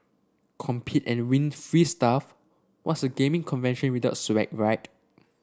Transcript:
compete and win free stuff what's a gaming convention without swag right